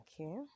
okay